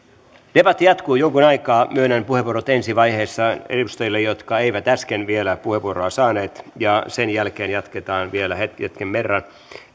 debatti jatkuu jonkun aikaa myönnän puheenvuorot ensi vaiheessa edustajille jotka eivät äsken vielä puheenvuoroa saaneet ja sen jälkeen jatketaan vielä hetken verran